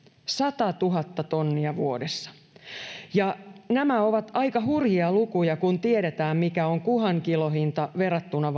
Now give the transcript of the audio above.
satatuhatta tonnia vuodessa nämä ovat aika hurjia lukuja kun tiedetään mikä on kuhan kilohinta verrattuna